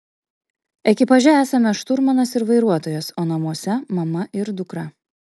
ekipaže esame šturmanas ir vairuotojas o namuose mama ir dukra